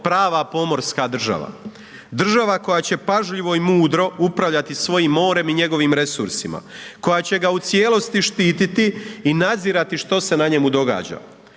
prava pomorska država. Država koja će pažljivo i mudro upravljati svojim morem i njegovim resursima, koja će ga u cijelosti štititi i nadzirati što se na njemu događa.